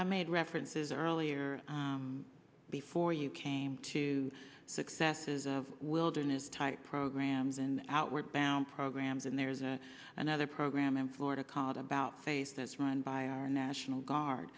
i made references earlier before you came to successes of wilderness type programs and outward bound programs and there's a another program in florida called about face that's run by our national guard